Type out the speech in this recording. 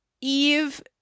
Eve